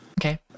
Okay